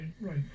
right